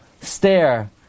stare